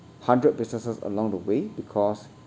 hundred businesses along the way because